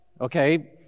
Okay